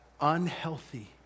unhealthy